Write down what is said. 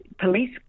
police